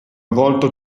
volto